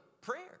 prayer